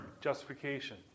justification